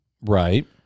Right